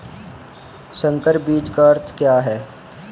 संकर बीज का अर्थ क्या है?